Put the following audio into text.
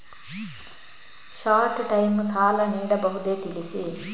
Short time ಸಾಲ ನೀಡಬಹುದೇ ತಿಳಿಸಿ?